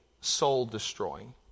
soul-destroying